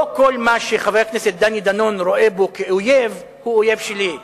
לא כל מה שחבר הכנסת דני דנון רואה בו אויב הוא אויב שלי.